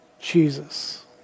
Jesus